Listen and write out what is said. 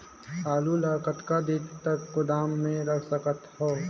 आलू ल कतका दिन तक गोदाम मे रख सकथ हों?